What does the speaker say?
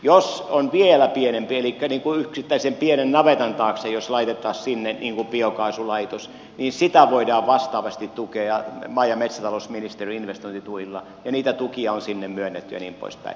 jos on vielä pienempi elikkä jos yksittäisen pienen navetan taakse laitettaisiin biokaasulaitos niin sitä voidaan vastaavasti tukea maa ja metsätalousministeriön investointituilla ja niitä tukia on sinne myönnetty ja niin poispäin